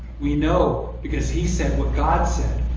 we know, because he said what god said.